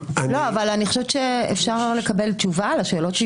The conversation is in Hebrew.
אפשר לקבל תשובה על השאלות שהיא שאלה?